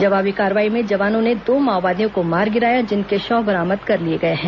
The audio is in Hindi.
जवाबी कार्रवाई में जवानों ने दो माओवादियों को मार गिराया जिनके शव बरामद कर लिए गए हैं